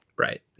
Right